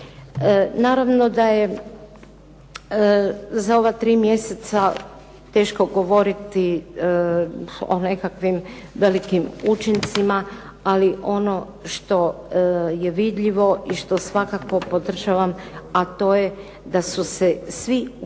Naravno da je za ova 3 mjeseca teško govoriti o nekakvim velikim učincima, ali ono što je vidljivo i što svakako podržavam, a to je da su se svi uključili